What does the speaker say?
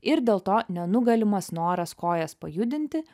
ir dėl to nenugalimas noras kojas pajudinti